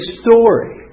story